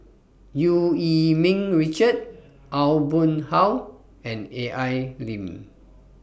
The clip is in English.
EU Yee Ming Richard Aw Boon Haw and Al Lim